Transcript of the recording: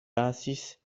pasis